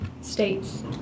states